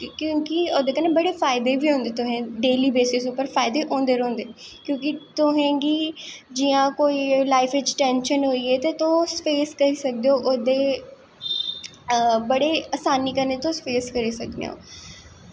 क्योंकि ओह्दे कन्नै बड़े फायदे बी होंदे तुसें डेली बेसिस उप्पर फायदे होंदे गै रौहंदे क्योंकि तुसें गी जि'यां कोई लाइफ च टेंशन होई ते तुस फेस करी सकदे हो ओह्दे बड़े असानी कन्नै तुस फेस करी सकने ओ